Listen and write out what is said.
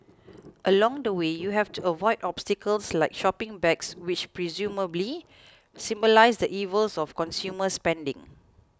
along the way you have to avoid obstacles like shopping bags which presumably symbolise the evils of consumer spending